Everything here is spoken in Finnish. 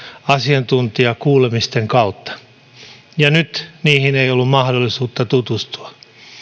asiantuntijakuulemisten kautta mutta nyt niihin ei ollut mahdollisuutta tutustua